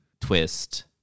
Twist